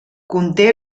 conté